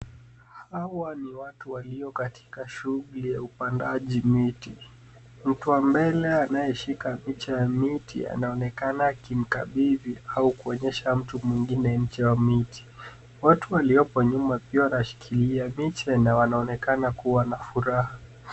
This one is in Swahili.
Hawa ni watu walio katika shughuli ya upandaji miti. Mtu wa mbele anayeshika miche ya miti anaonekana akimkabidhi au kuonyesha mtu mwingine mche wa miti. Watu waliopo nyuma pia wanashikilia miche na wanaonekana kuwa na furaha.